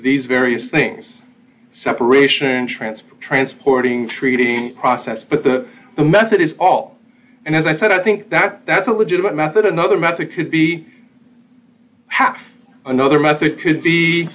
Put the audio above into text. these various things separation transplant supporting treating process but the method is all and as i said i think that that's a legitimate method another method could be half another method could be